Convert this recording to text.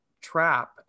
trap